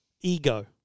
Ego